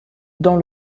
dans